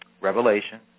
Revelation